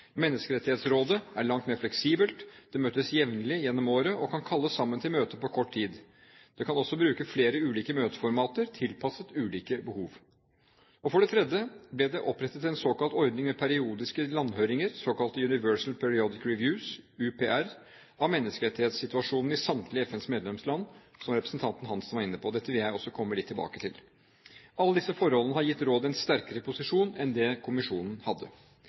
Menneskerettighetsrådet er langt mer fleksibelt: det møtes jevnlig gjennom året, og kan kalle sammen til møter på kort tid. Det kan også bruke flere ulike møteformater, tilpasset ulike behov. For det tredje ble det opprettet en såkalt ordning med periodiske landhøringer, såkalte Universal Periodic Review, UPR, av menneskerettighetssituasjonen i samtlige av FNs medlemsland, som representanten Hansen var inne på. Dette vil jeg også komme litt tilbake til. Alle disse forholdene har gitt rådet en sterkere posisjon enn det kommisjonen hadde.